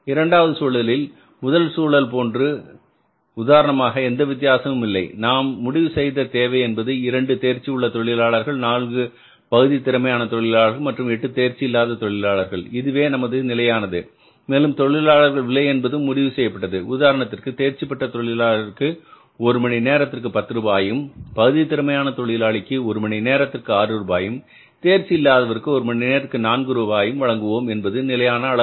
இரண்டாவது சூழலில் முதல் சூழல் போன்று உதாரணமாக எந்த வித்தியாசமும் இல்லை நாம் முடிவுசெய்த தேவை என்பது 2 தேர்ச்சி உள்ள தொழிலாளர்கள் 4 பகுதி திறமையான தொழிலாளர்கள் மற்றும் 8 தேர்ச்சி இல்லாத தொழிலாளர்கள் இதுவே நமது நிலையானது மேலும் தொழிலாளர் விலை என்பதும் முடிவு செய்யப்பட்டது உதாரணத்திற்கு தேர்ச்சிபெற்ற தொழிலாளருக்கு ஒரு மணி நேரத்திற்கு பத்து ரூபாயும் பகுதி திறமையான தொழிலாளிக்கு ஒரு மணி நேரத்திற்கு ஆறு ரூபாயும் தேர்ச்சி இல்லாதவர்க்கு ஒரு மணி நேரத்திற்கு நான்கு ரூபாயும் வழங்குவோம் என்பது நிலையான அளவு